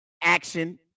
action